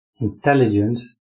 intelligence